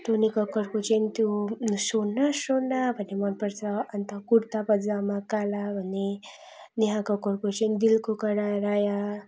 Tony कक्कडको चाहिँ त्यो सोना सोना भन्ने मन पर्छ अन्त कुर्ता पायजामा काला भन्ने नेहा कक्कडको चाहिँ दिलको करार आया